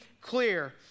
clear